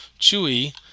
Chewie